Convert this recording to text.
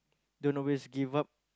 don't always give up